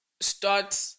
start